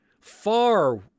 far